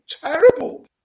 terrible